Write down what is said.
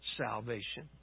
salvation